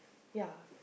ya